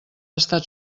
estat